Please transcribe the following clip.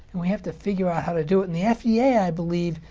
and we have to figure out how to do it. and the fda, i believe,